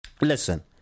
Listen